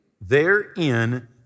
therein